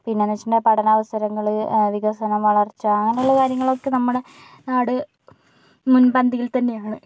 പിന്നെന്ന് വെച്ചിട്ടുണ്ടെങ്കിൽ പഠന അവസരങ്ങള് വികസന വളർച്ച അങ്ങനെയുള്ള കാര്യങ്ങളൊക്കെ നമ്മുടെ നാട് മുൻപന്തിയിൽ തന്നെയാണ്